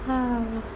ah